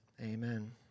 Amen